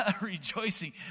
rejoicing